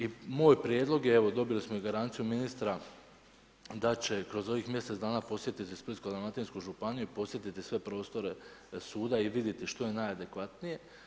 I moj prijedlog je, evo dobili smo i garanciju ministra da će kroz ovih mjesec dana posjetiti Splitsko-dalmatinsku županiju, podsjetiti sve prostore suda i vidjeti što je najadekvatnije.